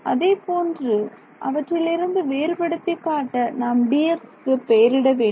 அதேபோன்று அவற்றிலிருந்து வேறுபடுத்திக் காட்ட நாம் Dx க்கு பெயரிட வேண்டும்